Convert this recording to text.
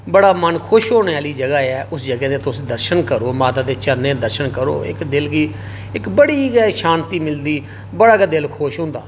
बड़ा मन खुश होने आहली जगह ऐ उस जगह दे तुस दर्शन करो माता दे चरणें दे तुस दर्शन करो इक दिल गी इक बड़ी गै शान्ती मिलदी बड़ा गै दिल खुश होंदा